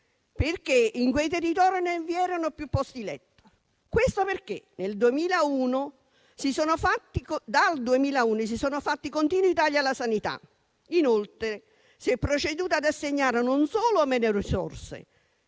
perché in quei territori non vi erano più posti letto. Questo è avvenuto perché dal 2001 sono stati fatti continui tagli alla sanità, inoltre si è proceduto ad assegnare, non solo meno risorse,